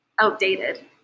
outdated